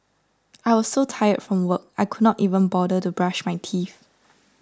I was so tired from work I could not even bother to brush my teeth